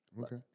Okay